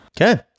Okay